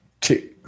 two